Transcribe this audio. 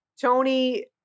tony